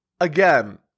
Again